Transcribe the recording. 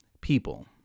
people